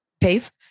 taste